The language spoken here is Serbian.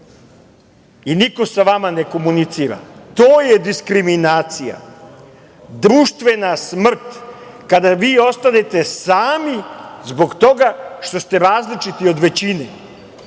i niko sa vama ne komunicira. To je diskriminacija. Društvena smrt - kada vi ostanete sami zbog toga što ste različiti od većine